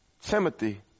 Timothy